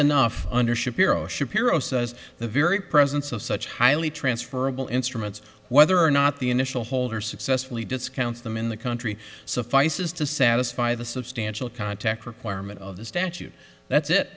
enough under shapiro shapiro says the very presence of such highly transferable instruments whether or not the initial holder successfully discounts them in the country suffices to satisfy the substantial contact requirement of the statute that's it